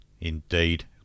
Indeed